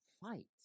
fight